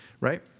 right